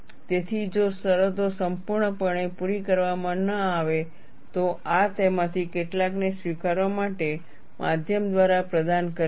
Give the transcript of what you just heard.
તેથી જો શરતો સંપૂર્ણપણે પૂરી કરવામાં ન આવે તો આ તેમાંથી કેટલાકને સ્વીકારવા માટે માધ્યમો દ્વારા પ્રદાન કરે છે